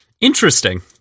Interesting